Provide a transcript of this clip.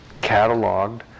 cataloged